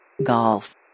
Golf